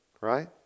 right